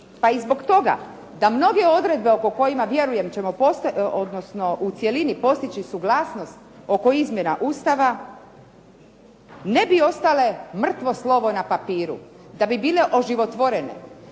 Pa i zbog toga da mnoge odredbe oko kojima, vjerujem ćemo, odnosno u cjelini postići suglasnost oko izmjena Ustava ne bi ostale mrtvo slovo na papiru, da bi bile oživotvorene,